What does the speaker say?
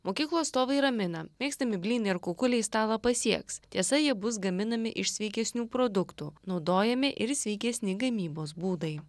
mokyklų atstovai ramina mėgstami blynai ar kukuliai stalą pasieks tiesa jie bus gaminami iš sveikesnių produktų naudojami ir sveikesni gamybos būdai